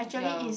ya